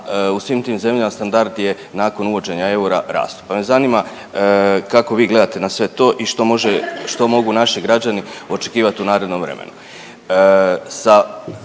u svim tim zemljama standard je nakon uvođenja eura rastao, pa me zanima kako vi gledate na sve to i što može, što mogu naši građani očekivat u narednom vremenu?